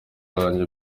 wanjye